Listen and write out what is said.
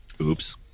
Oops